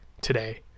today